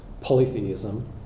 polytheism